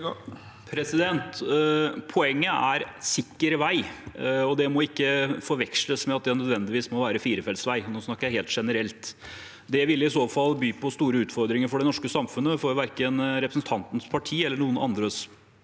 Poenget er sikker vei, og det må ikke forveksles med at det nødvendigvis må være firefelts vei. Nå snakker jeg helt generelt. Det ville i så fall by på store utfordringer for det norske samfunnet, for verken representantens parti eller noen andre